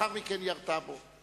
ולאחר מכן ירתה בו.